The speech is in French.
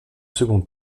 second